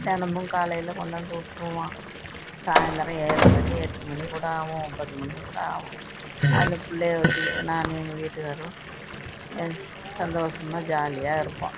தினமும் காலையில் கொண்டாந்து விட்டுருவான் சாயந்திரம் ஏழு மணி எட்டு மணி கூட ஆகும் ஒன்பது மணி கூட ஆகும் அந்த பிள்ளைய வச்சுக்கிட்டு நானும் எங்கள் வீட்டுக்காரரும் என் சந்தோஷமா ஜாலியாக இருப்போம்